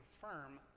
firm